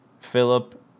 Philip